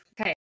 Okay